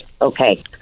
Okay